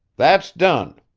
that's done.